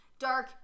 dark